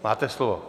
Máte slovo.